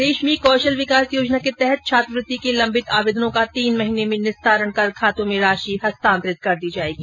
प्रदेश में कौशल विकास योजना के तहत छात्रवृत्ति के लम्बित आवेदनों का तीन महीने में निस्तारण कर खातों में राशि हस्तान्तरित कर दी जाएगी